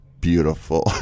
Beautiful